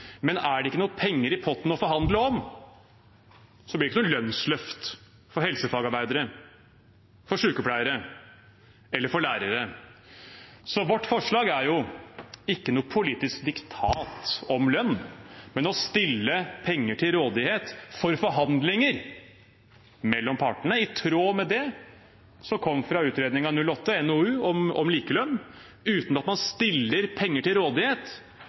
men er det ikke noen penger i potten å forhandle om, blir det ikke noe lønnsløft for helsefagarbeidere, for sykepleiere eller for lærere. Vårt forslag er ikke noe politisk diktat om lønn, men å stille penger til rådighet for forhandlinger mellom partene, i tråd med det som kom fra NOU 2008: 6, om likelønn. Uten at man stiller penger til rådighet,